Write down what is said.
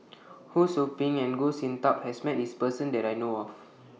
Ho SOU Ping and Goh Sin Tub has Met This Person that I know of